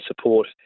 support